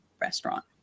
restaurant